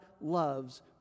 loves